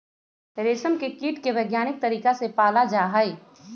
रेशम के कीट के वैज्ञानिक तरीका से पाला जाहई